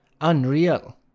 unreal